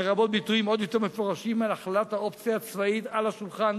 לרבות ביטויים עוד יותר מפורשים על הצבת האופציה הצבאית על השולחן,